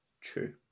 True